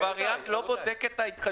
הווריאנט לא בודק את זה.